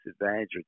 advantage